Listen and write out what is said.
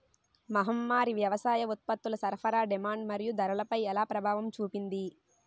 మహమ్మారి వ్యవసాయ ఉత్పత్తుల సరఫరా డిమాండ్ మరియు ధరలపై ఎలా ప్రభావం చూపింది?